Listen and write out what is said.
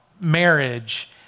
marriage